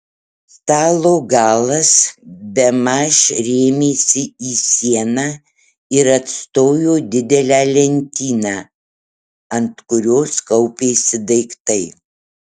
stalo galas bemaž rėmėsi į sieną ir atstojo didelę lentyną ant kurios kaupėsi daiktai